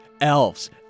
elves